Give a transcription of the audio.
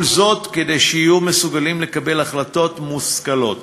כל זאת כדי שיהיו מסוגלים לקבל החלטות מושכלות